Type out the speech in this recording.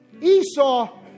Esau